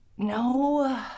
No